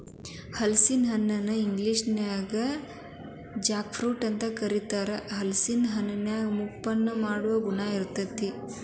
ಹಲಸಿನ ಹಣ್ಣನ ಇಂಗ್ಲೇಷನ್ಯಾಗ ಜಾಕ್ ಫ್ರೂಟ್ ಅಂತ ಕರೇತಾರ, ಹಲೇಸಿನ ಹಣ್ಣಿನ್ಯಾಗ ಮುಪ್ಪನ್ನ ಮುಂದೂಡುವ ಗುಣ ಇರ್ತೇತಿ